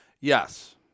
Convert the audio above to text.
Yes